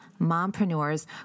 mompreneurs